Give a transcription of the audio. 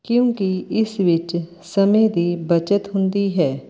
ਕਿਉਂਕਿ ਇਸ ਵਿੱਚ ਸਮੇਂ ਦੀ ਬੱਚਤ ਹੁੰਦੀ ਹੈ